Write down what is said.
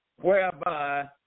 whereby